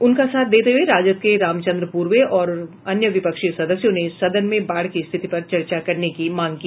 उनका साथ देते हुए राजद के रामचंद्र पूर्वे और अन्य विपक्षी सदस्यों ने सदन में बाढ़ की स्थिति पर चर्चा करने की मांग की